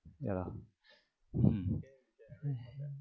ya lah mm